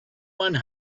one